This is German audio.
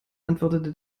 antwortete